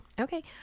okay